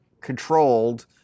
controlled